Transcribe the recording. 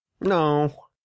No